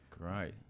Great